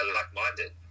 like-minded